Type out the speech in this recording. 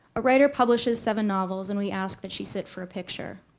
a writer publishes seven novels, and we ask that she sit for a picture.